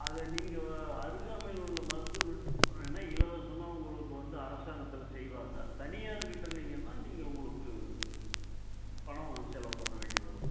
அதை நீங்கள் அருகாமையிலுள்ள மருத்துவருக்கிட்டே போனீங்கனால் இலவசமாக உங்களுக்கு வந்து அரசாங்கத்தில் செய்வாங்க தனியாருக்கிட்டே நீங்கனா நீங்கள் உங்களுக்கு பணம் செலவு பண்ண வேண்டி வரும்